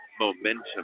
momentum